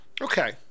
Okay